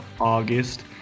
August